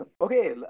okay